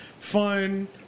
Fun